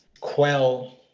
quell